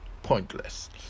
pointless